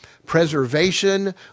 preservation